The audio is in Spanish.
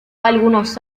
algunos